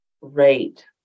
rate